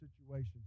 situations